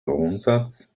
grundsatz